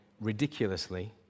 ridiculously